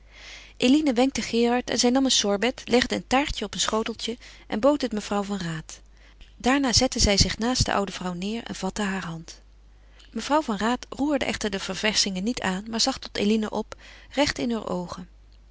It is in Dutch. eline wenkte gerard en zij nam een sorbet legde een taartje op een schoteltje en bood het mevrouw van raat daarna zette zij zich naast de oude vrouw neêr en vatte haar hand mevrouw van raat roerde echter de ververschingen niet aan maar zag tot eline op recht in heur oogen